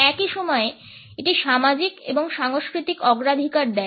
একই সময়ে এটি সামাজিক এবং সাংস্কৃতিক অগ্রাধিকার দেয়